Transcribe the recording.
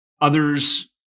Others